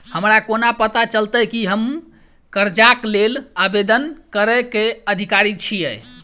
हमरा कोना पता चलतै की हम करजाक लेल आवेदन करै केँ अधिकारी छियै?